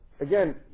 again